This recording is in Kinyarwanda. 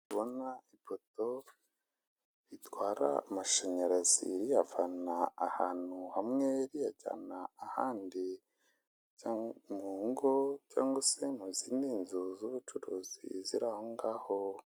Ndabona ipoto itwara amashanyarazi riyavana ahantu hamwe ajyana ahandi. Mungo cyangwa se mu zindi nzu z'ubucuruzi ziri ahongaho.